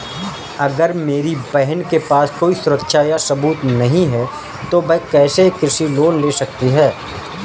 अगर मेरी बहन के पास कोई सुरक्षा या सबूत नहीं है, तो वह कैसे एक कृषि लोन ले सकती है?